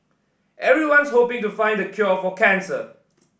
everyone's hoping to find the cure for cancer